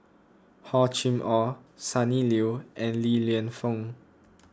Hor Chim or Sonny Liew and Li Lienfung